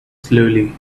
slowly